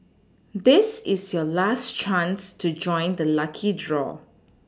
this is your last chance to join the lucky draw